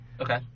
Okay